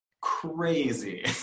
crazy